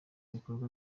bikorwa